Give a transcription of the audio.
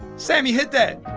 sami, hit that